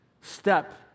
step